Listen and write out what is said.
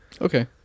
Okay